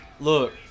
Look